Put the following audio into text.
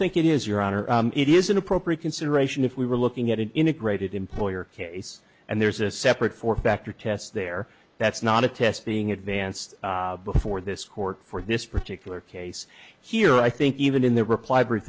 think it is your honor it is an appropriate consideration if we were looking at an integrated employer case and there's a separate form factor test there that's not a test being advanced before this court for this particular case here i think even in the reply br